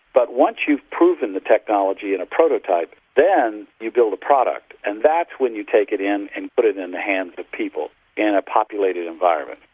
but once you've proven the technology in a prototype, then you build a product, and that's when you take it in and put it in the hands of people in a populated environment.